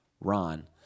Ron